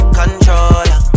controller